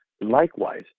likewise